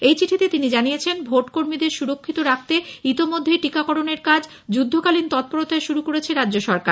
এই চিঠিতে তিনি জানিয়েছেন ভোট কর্মীদের সুরক্ষিত রাখতে ইতিমধ্যেই টিকাকরণের কাজ যুদ্ধকালীন তৎপরতায় শুরু করেছে রাজ্য সরকার